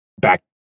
back